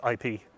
IP